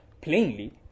plainly